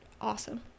awesome